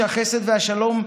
איש החסד והשלום,